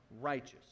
righteous